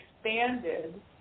expanded